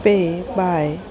pay by